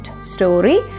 story